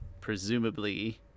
presumably